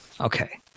Okay